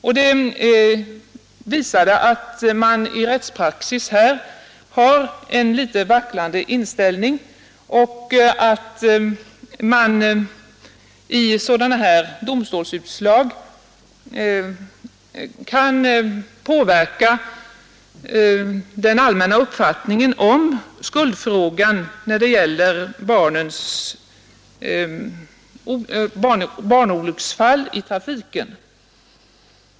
Detta visar att man i rättspraxis har en litet vacklande inställning och att man i sådana här domstolsutslag kan påverka den allmänna uppfattningen om skuldfrågan när det gäller barnolycksfall i trafiken.